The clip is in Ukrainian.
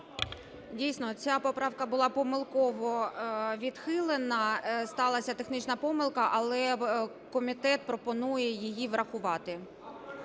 Дійсно, ця поправка була помилково відхилена, сталася технічна помилка, але комітет пропонує її врахувати.